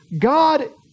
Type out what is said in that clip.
God